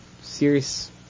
serious